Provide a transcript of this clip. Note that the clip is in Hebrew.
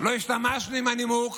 לא השתמשנו בנימוק